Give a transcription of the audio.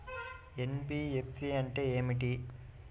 NBFC అంటే ఏమిటి?